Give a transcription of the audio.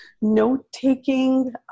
note-taking